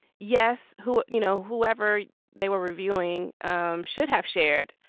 yes. who. you know whoever they were reviewing um should have shared.